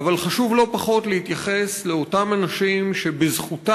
אבל חשוב לא פחות להתייחס לאותם אנשים שבזכותם